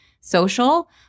social